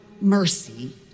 mercy